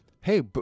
Hey